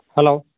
hello